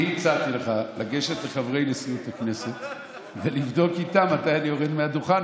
אני הצעתי לך לגשת לחברי נשיאות הכנסת ולבדוק איתם מתי אני יורד מהדוכן.